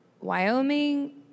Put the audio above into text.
Wyoming